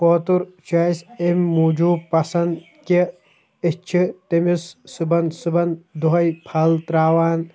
کوتُر چھُ اَسہِ أمۍ موٗجوٗب پَسنٛد کہ أسۍ چھِ تٔمِس صبحن صبحن دۄہَے پھَل ترٛاوان